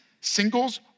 singles